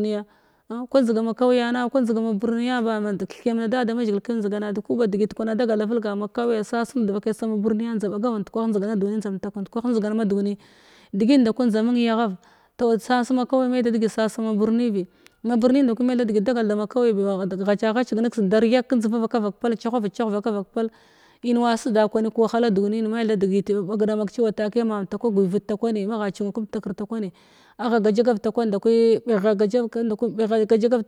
Niya kwan njdiga ma kauyana kwa njdiga ma brniya ma ba kith kiyam na da da mazhigil kənjdigana ku ba degit kwana a dagal da velgan ma kauye sas nud devakai sa ma birniya njda bagav ndkwah njdigana duni njdam tak nakwah njdiga njdam tak ndkwah njdigan ma dunl degit nda kwi njda mung yaghav tog sas ma kaui me tha degit sa sa ma birni bi ma broni nda kwi me hta degit dagal da ma kau’i bi ba ghduk gha caghachig neks daryak njdiva vakavak pal cahwa vitcheng vakavak pal ina wa seda kwan kəwahala duniyin ma tha degit ɓagna ɓag cewa taki ma mtak agwivet takwa ni magha cimu kamtak ni magha cimu kamtak takwani agha gajagav takwan ndakwi ɓighgha agajav ken ɓighgha agajagav